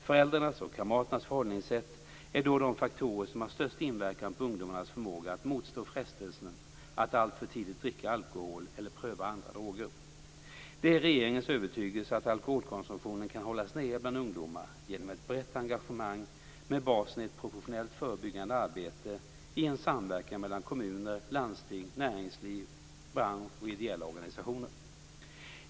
Föräldrarnas och kamraternas förhållningssätt är då de faktorer som har störst inverkan på ungdomarnas förmåga att motstå frestelsen att alltför tidigt dricka alkohol eller pröva andra droger. Det är regeringens övertygelse att alkoholkonsumtionen kan hållas nere bland ungdomar genom ett brett engagemang med basen i ett professionellt förebyggande arbete i en samverkan mellan kommuner, landsting, näringsliv, bransch och ideella organisationer.